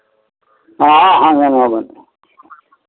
हँ हँ नहि बनल